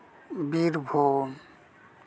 Birbhum